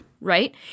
Right